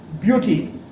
beauty